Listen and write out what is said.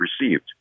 received